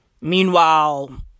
Meanwhile